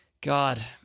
God